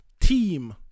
team